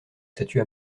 statut